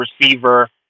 receiver